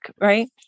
right